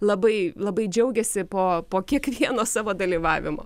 labai labai džiaugėsi po po kiekvieno savo dalyvavimo